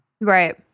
right